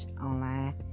online